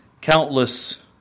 Countless